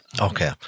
okay